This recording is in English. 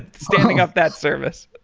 standing up that service.